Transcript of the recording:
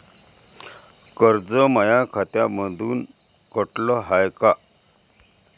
कर्ज माया खात्यामंधून कटलं हाय का?